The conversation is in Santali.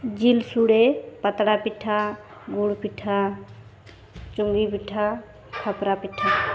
ᱡᱤᱞ ᱥᱚᱲᱮ ᱯᱟᱛᱲᱟ ᱯᱤᱴᱷᱟᱹ ᱜᱩᱲ ᱯᱤᱴᱷᱟᱹ ᱪᱩᱝᱜᱤ ᱯᱤᱴᱷᱟᱹ ᱠᱷᱟᱯᱨᱟ ᱯᱤᱴᱷᱟᱹ